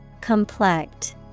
Complex